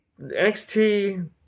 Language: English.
NXT